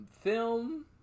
film